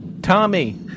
Tommy